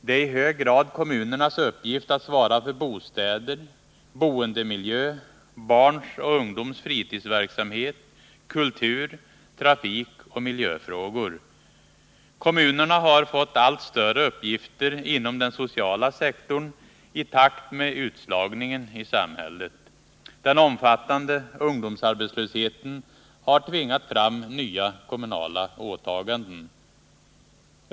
Det är i hög grad kommunernas uppgift att svara för bostäder, boendemiljö, barns och ungdoms fritidsverksamhet, kultur samt trafikoch miljöfrågor. Kommunerna har fått allt större uppgifter inom den sociala sektorn i takt med utslagningen i samhället. Den omfattande ungdomsarbetslösheten har tvingat fram nya kommunala åtaganden.